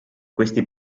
questi